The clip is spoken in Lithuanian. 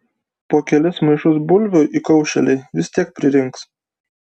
po kelis maišus bulvių įkaušėliai vis tiek pririnks